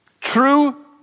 true